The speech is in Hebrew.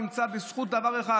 נמצא בזכות דבר אחד,